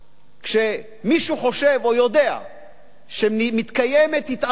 כשמישהו חושב או יודע שמתקיימת התעללות